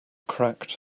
cracked